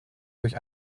durch